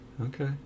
Okay